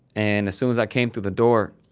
and, as soon as i came through the door,